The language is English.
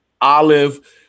Olive